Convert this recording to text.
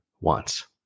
wants